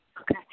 Okay